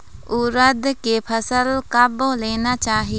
उरीद के फसल कब लेना चाही?